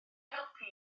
helpu